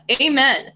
Amen